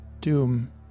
doom